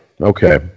Okay